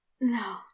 No